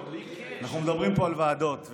אנחנו מדברים פה על ועדות,